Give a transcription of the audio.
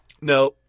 No